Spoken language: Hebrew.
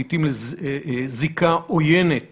לעיתים עם זיקה עוינת